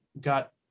got